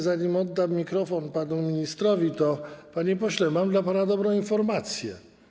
Zanim oddam mikrofon panu ministrowi, to, panie pośle, mam dla pana dobrą informację.